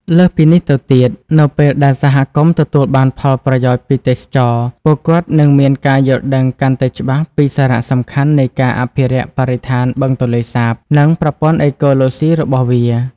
លើសពីនេះទៅទៀត នៅពេលដែលសហគមន៍ទទួលបានផលប្រយោជន៍ពីទេសចរណ៍ ពួកគាត់នឹងមានការយល់ដឹងកាន់តែច្បាស់ពីសារៈសំខាន់នៃការអភិរក្សបរិស្ថានបឹងទន្លេសាប និងប្រព័ន្ធអេកូឡូស៊ីរបស់វា។